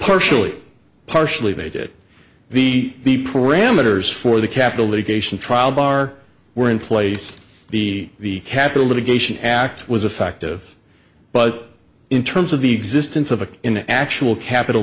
partially partially made it the the parameters for the capitol litigation trial bar were in place the capital litigation act was affective but in terms of the existence of a in actual capital